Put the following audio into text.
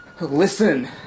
Listen